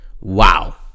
Wow